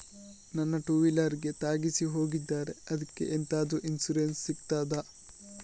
ನನ್ನ ಟೂವೀಲರ್ ಗೆ ತಾಗಿಸಿ ಹೋಗಿದ್ದಾರೆ ಅದ್ಕೆ ಎಂತಾದ್ರು ಇನ್ಸೂರೆನ್ಸ್ ಸಿಗ್ತದ?